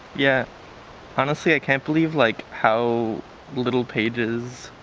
yeah honestly i can't believe like how little pages,